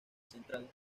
central